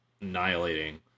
annihilating